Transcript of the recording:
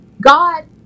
God